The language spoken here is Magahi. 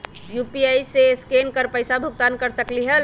यू.पी.आई से स्केन कर पईसा भुगतान कर सकलीहल?